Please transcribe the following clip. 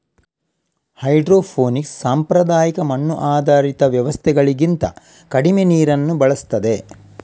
hydroponics ಸಾಂಪ್ರದಾಯಿಕ ಮಣ್ಣು ಆಧಾರಿತ ವ್ಯವಸ್ಥೆಗಳಿಗಿಂತ ಕಡಿಮೆ ನೀರನ್ನ ಬಳಸ್ತದೆ